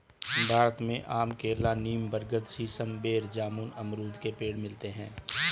भारत में आम केला नीम बरगद सीसम बेर जामुन अमरुद के पेड़ मिलते है